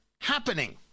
happening